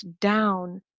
down